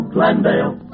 Glendale